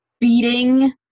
beating